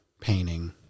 painting